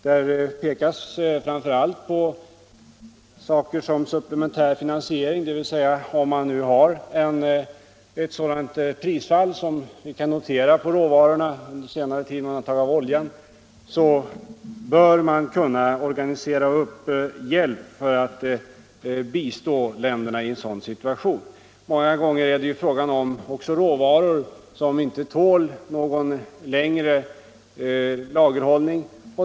Där pekas framför allt på saker som supplementär finansiering, dvs. om det föreligger en situation med sådana prisfall som vi under senare tid kunnat notera på råvarorna med undantag av oljan, bör man kunna organisera hjälp för att bistå u-länderna. Många gånger är det också fråga om råvaror som inte tål någon längre lagerhållning.